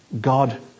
God